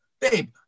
Babe